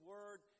Word